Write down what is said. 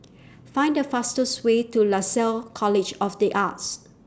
Find The fastest Way to Lasalle College of The Arts